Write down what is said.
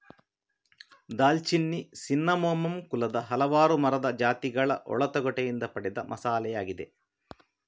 ದಾಲ್ಚಿನ್ನಿ ಸಿನ್ನಮೋಮಮ್ ಕುಲದ ಹಲವಾರು ಮರದ ಜಾತಿಗಳ ಒಳ ತೊಗಟೆಯಿಂದ ಪಡೆದ ಮಸಾಲೆಯಾಗಿದೆ